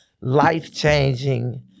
life-changing